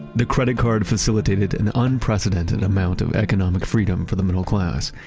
the credit card facilitated an unprecedented amount of economic freedom for the middle class,